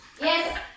Yes